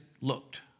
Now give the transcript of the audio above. looked